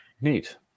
Neat